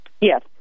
Yes